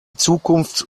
zukunft